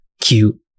cute